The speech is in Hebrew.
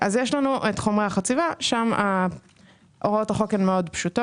אז יש לנו חומרי החציבה שם הוראות החוק מאוד פשוטות.